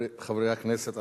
חברי הכנסת,